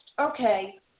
okay